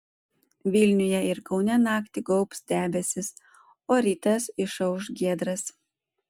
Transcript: vilniuje ir kaune naktį gaubs debesys o rytas išauš giedras